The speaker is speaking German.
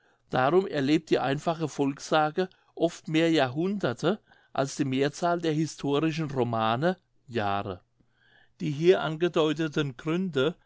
darum erlebt die einfache volkssage oft mehr jahrhunderte als die mehrzahl der historischen romane jahre die hier angedeuteten gründe